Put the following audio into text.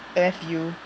very few